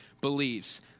believes